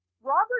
Robert